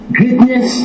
greatness